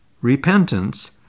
Repentance